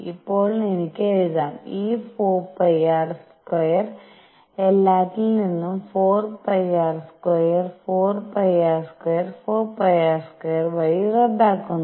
ഇപ്പോൾ എനിക്ക് എഴുതാം ഈ 4 π r2 എല്ലാത്തിൽ നിന്നും 4 π r2 4 π r2 4 π r2 വഴി റദ്ദാക്കുന്നു